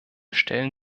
stellen